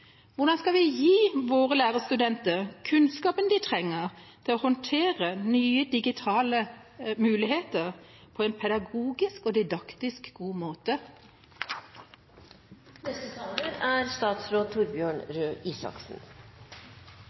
Hvordan skal vi gi våre lærerstudenter kunnskapen de trenger til å håndtere nye digitale muligheter på en pedagogisk og didaktisk god måte? Først av alt vil jeg si at jeg er